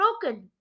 broken